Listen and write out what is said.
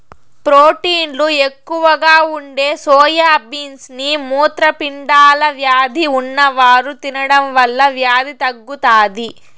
ప్రోటీన్లు ఎక్కువగా ఉండే సోయా బీన్స్ ని మూత్రపిండాల వ్యాధి ఉన్నవారు తినడం వల్ల వ్యాధి తగ్గుతాది